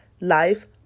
life